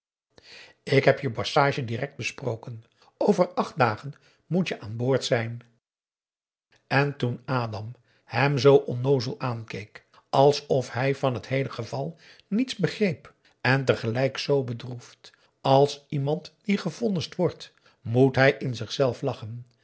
ik heb je passage direct besproken over acht dagen moet je aan boord zijn en toen adam hem zoo onnoozel aankeek alsof hij van t heele geval niets begreep en tegelijk zoo bedroefd als iemand die gevonnist wordt moest hij in zichzelf lachen